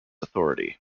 authority